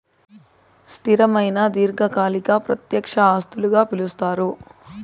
స్థిరమైన దీర్ఘకాలిక ప్రత్యక్ష ఆస్తులుగా పిలుస్తారు